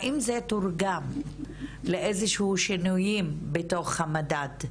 האם זה תורגם לאיזשהם שינויים בתוך המדד?